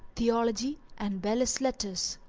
theology and belles lettres.